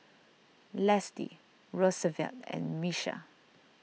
Lesley Rosevelt and Miesha